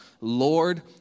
Lord